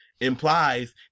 implies